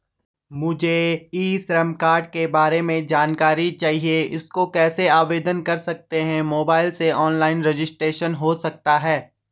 मुझे e Shram card के बारे में जानकारी चाहिए इसको कैसे आवेदन कर सकते हैं मोबाइल से ऑनलाइन रजिस्ट्रेशन हो सकता है?